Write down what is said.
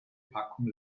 packung